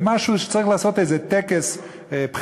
זה משהו צריך לעשות איזה טקס בחירות,